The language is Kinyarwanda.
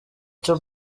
cyo